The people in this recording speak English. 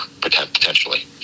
potentially